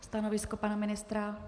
Stanovisko pana ministra?